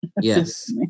yes